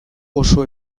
oso